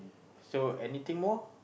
so anything more